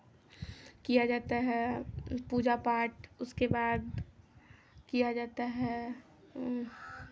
किया जाता है पूजा पाठ उसके बाद किया जाता है